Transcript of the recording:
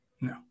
No